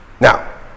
now